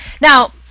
Now